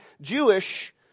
Jewish